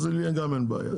אז לי גם אין בעיה.